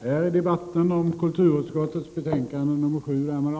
Herr talman!